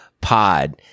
pod